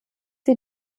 sie